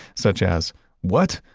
such as what?